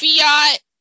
Fiat